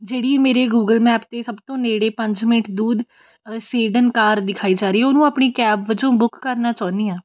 ਜਿਹੜੀ ਮੇਰੇ Google map 'ਤੇ ਸਭ ਤੋਂ ਨੇੜੇ ਪੰਜ ਮਿੰਟ ਦੂਰ ਸਵੀਡਨ ਕਾਰ ਦਿਖਾਈ ਜਾ ਰਹੀ ਉਹਨੂੰ ਆਪਣੀ ਕੈਬ ਵਜੋਂ ਬੁੱਕ ਕਰਨਾ ਚਾਹੁੰਦੀ ਹਾਂ